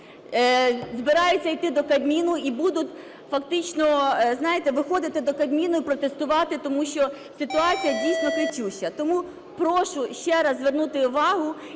збираються іти до Кабміну і будуть фактично, знаєте, виходити до Кабміну і протестувати, тому що ситуація дійсно кричуща. Тому прошу ще раз звернути увагу.